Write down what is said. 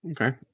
Okay